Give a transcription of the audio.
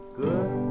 good